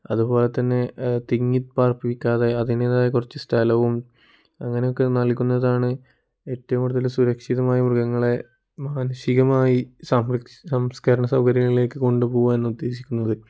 അതുപോലെ തന്നെ തിങ്ങിപ്പാർപ്പിക്കാതെ അതിൻ്റെതായ കുറച്ചു സ്ഥലവും അങ്ങനെയൊക്കെ നൽകുന്നതാണ് ഏറ്റവും കൂടുതൽ സുരക്ഷിതമായി മൃഗങ്ങളെ മാനസികമായി സംസ്കരണ സൗകര്യങ്ങളിലേക്ക് കൊണ്ടു പോവാൻ ഉദ്ദേശിക്കുന്നത്